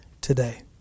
today